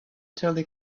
totally